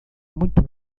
muito